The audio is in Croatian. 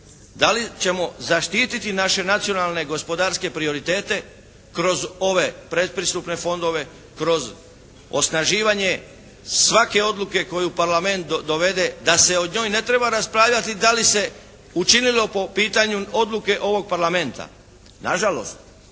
da li ćemo zaštititi naše nacionalne gospodarske prioritete kroz ove predpristupne fondove, kroz osnaživanje svake odluke koju parlament dovede da se o njoj ne treba raspravljati da li se učinilo po pitanju odluke ovog parlamenta. Nažalost,